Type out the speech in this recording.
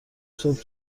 صبح